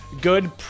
good